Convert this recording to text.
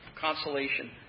consolation